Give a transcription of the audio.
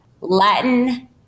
Latin